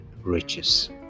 riches